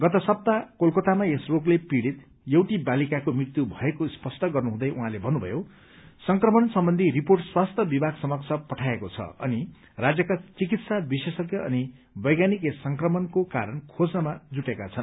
गत सप्ताह कलकतामा यस रोगले पीढ़ित एउटी बालिकाको मृत्यु भएको स्पष्ट गर्नुहुँदै उहाँले भन्नुभयो संक्रमण सम्बन्धी रिपोर्ट स्वस्थ्य विभाग समक्ष पठाइएको छ अनि राज्यका चिकित्सा विशेषज्ञ अनि वैज्ञानिक यस संक्रमण कारण खोज्नमा जुटेका छन्